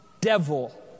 devil